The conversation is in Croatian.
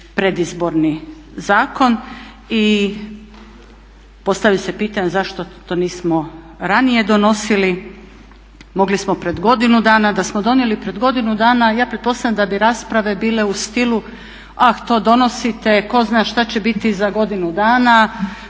predizborni zakon. i postavlja se pitanje zašto to nismo raznije donosili? Mogli smo pred godinu dana. Da smo donijeli pred godinu dana ja pretpostavljam da bi rasprave bile u stilu, ah to donosite, tko zna što će biti za godinu dana,